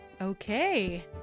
Okay